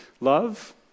love